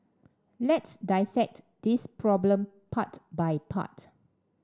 let's dissect this problem part by part